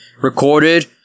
recorded